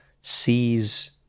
sees